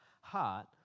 heart